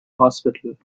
hospital